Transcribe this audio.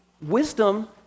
wisdom